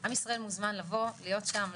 עם ישראל מוזמן לבוא ולהיות שם,